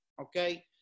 okay